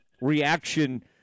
reaction